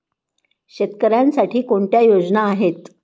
शेतकऱ्यांसाठी कोणत्या योजना आहेत?